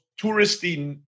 touristy